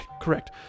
correct